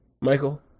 Michael